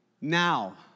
now